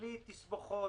בלי תסבוכות,